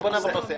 בואו נעבור נושא.